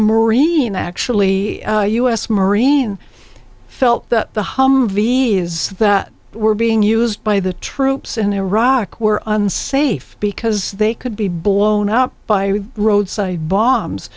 marine actually a u s marine felt that the humvee as that were being used by the troops in iraq were unsafe because they could be blown up by roadside bombs